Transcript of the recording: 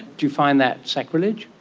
do you find that sacrilege?